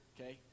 okay